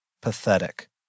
Pathetic